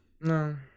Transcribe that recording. no